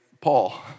Paul